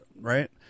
right